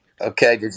Okay